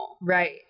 Right